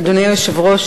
אדוני היושב-ראש,